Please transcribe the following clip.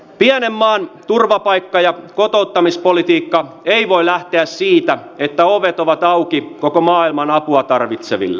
pienen maan turvapaikka ja kotouttamispolitiikka ei voi lähteä siitä että ovet ovat auki koko maailman apua tarvitseville